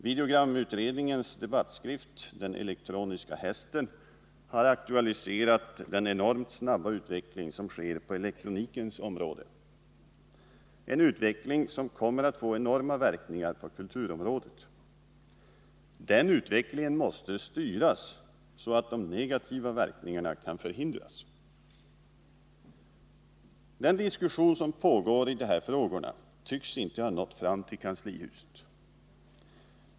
Videogramutredningens debattskrift Den elektroniska hästen har aktualiserat den enormt snabba utveckling som sker på elektronikens område — en utveckling som kommer att få enorma verkningar på kulturområdet. Den utvecklingen måste styras, så att de negativa verkningarna kan förhindras. Den diskussion som pågår i de här frågorna tycks inte ha nått fram till kanslihuset.